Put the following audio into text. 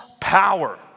Power